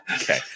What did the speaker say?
Okay